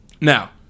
now